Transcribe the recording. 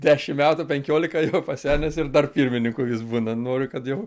dešim metų penkiolika jau pasenęs ir dar pirmininku jis būna noriu kad jau